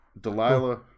Delilah